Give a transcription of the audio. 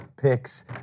picks